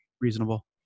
reasonable